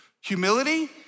Humility